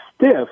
stiff